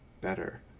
better